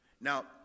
now